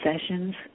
sessions